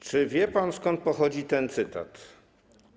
Czy wie pan, skąd pochodzi ten cytat?